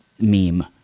meme